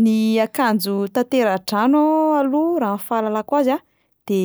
Ny akanjo tantera-drano aloha raha ny fahalalako azy a de